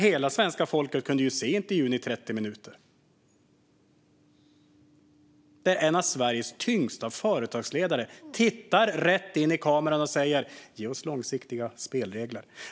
Hela svenska folket kunde ju se intervjun i 30 minuter , där en av Sveriges tyngsta företagsledare tittar rätt in i kameran och säger: Ge oss långsiktiga spelregler.